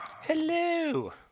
Hello